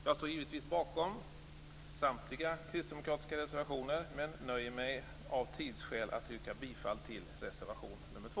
Jag står givetvis bakom samtliga kristdemokratiska reservationer men nöjer mig av tidsskäl med att yrka bifall till reservation 2.